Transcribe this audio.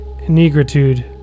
Negritude